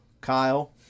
Kyle